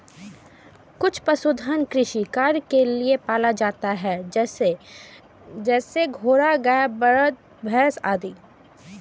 किछु पशुधन कृषि कार्य लेल पोसल जाइ छै, जेना घोड़ा, गाय, बरद, भैंस आदि